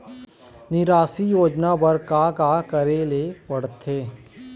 निराश्री योजना बर का का करे ले पड़ते?